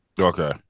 Okay